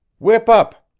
whip up!